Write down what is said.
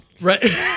Right